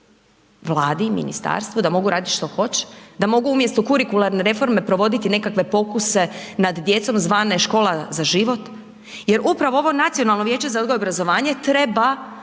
Vladi i ministarstvu da mogu radit što hoće, da mogu umjesto kurikularne reforme provoditi nekakve pokuse nad djecom zvane Škola za život jer upravo ovo Nacionalno vijeće za odgoj i obrazovanje treba